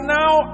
now